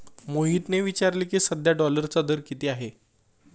मोहितने विचारले की, सध्या डॉलरचा दर किती आहे?